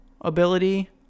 ability